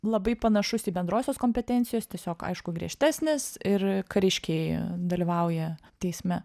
labai panašus į bendrosios kompetencijos tiesiog aišku griežtesnis ir kariškiai dalyvauja teisme